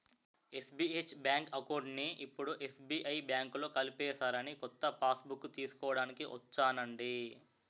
SBH bank అకౌంట్ని ఇప్పుడు SBI బాంకులో కలిపేసారని కొత్త పాస్బుక్కు తీస్కోడానికి ఒచ్చానండి